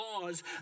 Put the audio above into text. laws